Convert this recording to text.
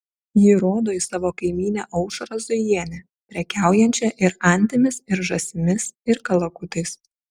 ji rodo į savo kaimynę aušrą zujienę prekiaujančią ir antimis ir žąsimis ir kalakutais